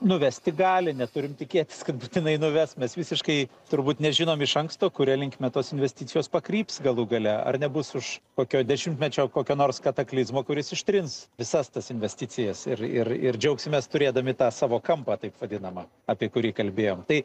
nuvesti gali neturim tikėtis kad būtinai nuves mes visiškai turbūt nežinom iš anksto kuria linkme tos investicijos pakryps galų gale ar nebus už kokio dešimtmečio kokio nors kataklizmo kuris ištrins visas tas investicijas ir ir ir džiaugsimės turėdami tą savo kampą taip vadinamą apie kurį kalbėjom tai